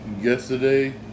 yesterday